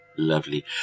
lovely